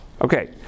Okay